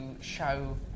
show